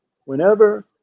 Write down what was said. whenever